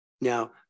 Now